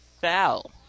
foul